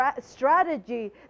strategy